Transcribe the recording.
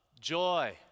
joy